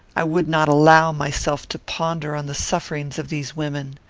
i would not allow myself to ponder on the sufferings of these women.